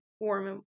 warm